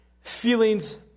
Feelings